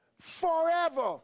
forever